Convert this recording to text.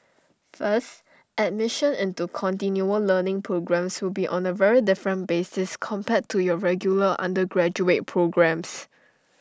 first admission into continual learning programmes will be on A very different basis compared to your regular undergraduate programmes